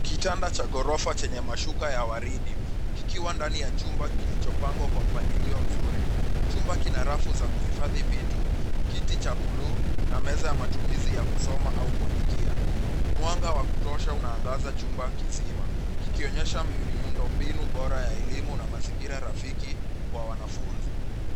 Kitanda cha ghorofa chenye mashuka ya waridi kikiwa ndani ya chumba kilichopangwa kwa mpangilio mzuri. Chumba kina rafu za kuhifadhi vitu, kiti cha buluu na meza ya matumizi ya kusoma au kuandikia. Mwanga wa kutosha unaangaza chumba kizima kikionyesha miundo mbinu bora ya elimu na mazingira rafiki kwa wanafunzi.